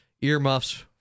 earmuffs